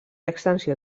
extensió